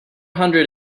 hundred